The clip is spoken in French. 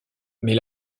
mais